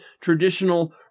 traditional